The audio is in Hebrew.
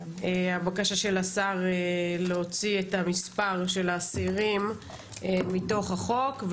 הבקשה של השר להוציא את מספר האסירים מתוך החוק,